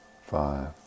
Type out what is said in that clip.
five